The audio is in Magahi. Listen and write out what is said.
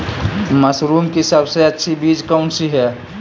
मशरूम की सबसे अच्छी बीज कौन सी है?